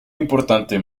importante